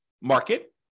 market